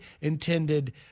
intended